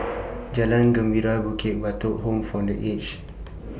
Jalan Gembira Bukit Batok Home For The Aged